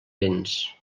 vents